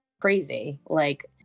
crazy—like